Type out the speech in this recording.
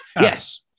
Yes